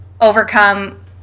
overcome